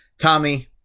Tommy